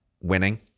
winning